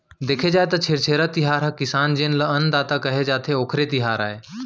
देखे जाए त छेरछेरा तिहार ह किसान जेन ल अन्नदाता केहे जाथे, ओखरे तिहार आय